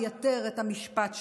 מייתר את המשפט שלו.